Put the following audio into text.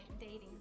dating